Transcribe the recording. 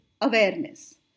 awareness